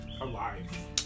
Alive